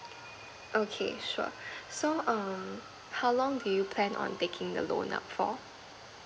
okay sure so um how long do you plan on taking a loan up for